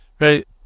Right